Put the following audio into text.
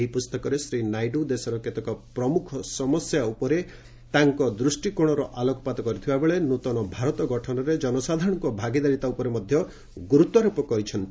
ଏହି ପୁସ୍ତକରେ ଶ୍ରୀ ନାଇଡୁ ଦେଶର କେତେକ ପ୍ରମୁଖ ସମସ୍ୟାର ଉପରେ ତାଙ୍କର ଦୃଷ୍ଟିକୋଣ ଉପରେ ଆଲୋକପାତ କରିଥିବାବେଳେ ନୃତନ ଭାରତ ଗଠନରେ ଜନସାଧାରଣଙ୍କର ଭାଗୀଦାରିତା ଉପରେ ମଧ୍ୟ ଗୁରୁତ୍ୱାରୋପ କରାଯାଇଛି